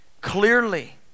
clearly